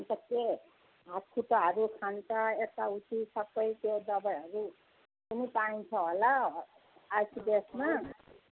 अन्त के हातखुट्टाहरू खान्छ यता उति सबै त्यो दबाईहरू पनि पाइन्छ होला आइसिडिएसमा